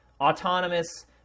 autonomous